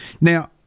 Now